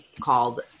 called